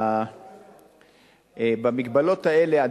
במגבלות האלה,